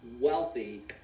wealthy